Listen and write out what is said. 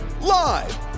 live